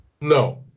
No